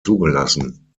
zugelassen